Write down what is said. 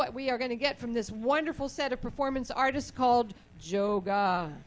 what we are going to get from this wonderful set of performance artists called joe